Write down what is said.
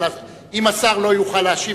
אם השר לא יוכל להשיב,